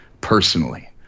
personally